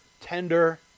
tender